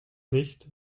nicht